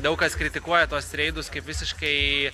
daug kas kritikuoja tuos reidus kaip visiškai